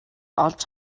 олж